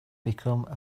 become